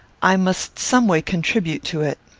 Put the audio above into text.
i must some way contribute to it.